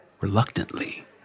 Reluctantly